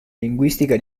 linguistica